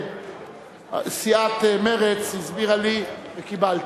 שמנהלת סיעת מרצ הסבירה לי וקיבלתי.